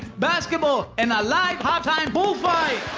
basketball! and a live halftime